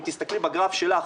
אם תסתכלי בגרף שלך,